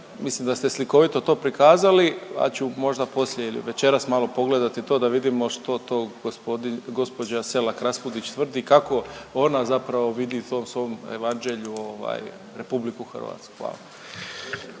mislim da ste slikovito to prikazali. Ja ću možda poslije ili večeras malo pogledati to da vidimo što to gospodin, gospođa Selak Raspudić tvrdi kako ona zapravo vidi u tom svom evanđelju ovaj RH. Hvala.